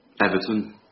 Everton